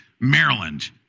Maryland